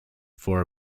for